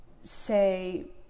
say